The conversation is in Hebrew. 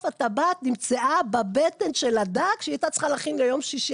שבסוף הטבעת נמצאה בבטן של הדג שהיהודייה הייתה צריכה להכין ליום שישי,